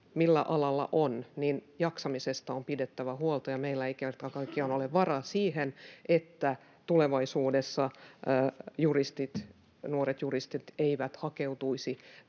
millä alalla on, jaksamisesta on pidettävä huolta. Meillä ei kerta kaikkiaan ole varaa siihen, että tulevaisuudessa nuoret juristit eivät hakeutuisi